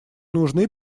нужны